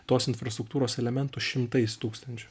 tos infrastruktūros elementų šimtais tūkstančių